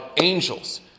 Angels